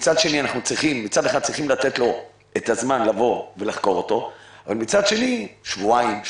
מצד אחד אנחנו צריכים לתת את הזמן לחקור אותו אבל מצד שני שבועיים?